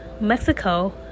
Mexico